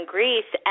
Greece